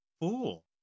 fool